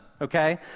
okay